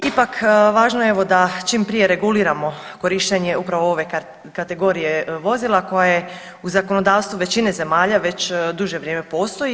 Ipak važno je evo da čim prije reguliramo korištenje upravo ove kategorije vozila koja je u zakonodavstvu većine zemalja već duže vrijeme postoji.